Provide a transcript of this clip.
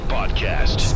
Podcast